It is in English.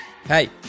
Hey